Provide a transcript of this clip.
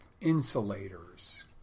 Insulators